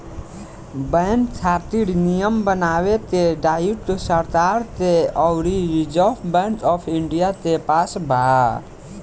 bank खातिर नियम बनावे के दायित्व सरकार के अउरी रिजर्व बैंक ऑफ इंडिया के पास बा